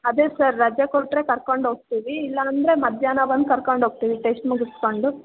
ಅದೇ ಸರ್ ರಜೆ ಕೊಟ್ರೆ ಕರ್ಕೊಂಡು ಹೋಗ್ತೀವಿ ಇಲ್ಲಾಂದ್ರೆ ಮಧ್ಯಾಹ್ನ ಬಂದು ಕರ್ಕೊಂಡು ಹೋಗ್ತೀವಿ ಟೆಶ್ಟ್ ಮುಗಿಸಿಕೊಂಡು